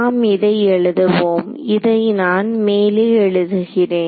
நாம் இதை எழுதுவோம் இதை நான் மேலே எழுதுகிறேன்